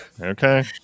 okay